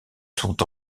sont